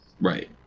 right